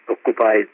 occupied